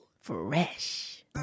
Fresh